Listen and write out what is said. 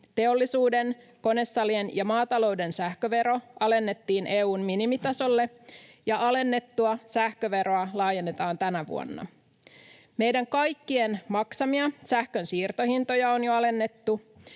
Teollisuuden, konesalien ja maatalouden sähkövero alennettiin EU:n minimitasolle, ja alennettua sähköveroa laajennetaan tänä vuonna. Meidän kaikkien maksamia sähkön siirtohintoja on jo alennettu,